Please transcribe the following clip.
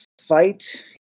fight